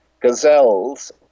gazelles